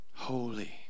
Holy